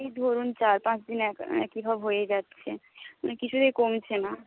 এই ধরুন চার পাঁচ দিন একইভাবে হয়েই যাচ্ছে মানে কিছুতেই কমছে না